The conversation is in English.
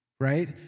right